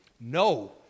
No